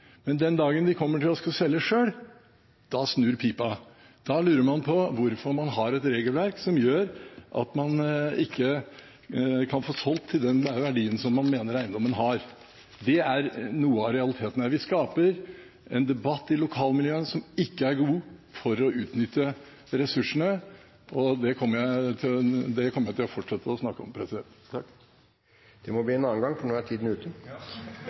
men den dagen de kommer og skal selge selv, da snur pipa, da lurer man på hvorfor vi har et regelverk som gjør at man ikke kan få solgt til den verdien man mener eiendommen har. Det er noen av realitetene her. Vi skaper en debatt i lokalmiljøene som ikke er god, for å utnytte ressursene – og det kommer jeg til å fortsette å snakke om. Det må bli en annen gang, for nå er tiden ute.